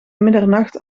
middernacht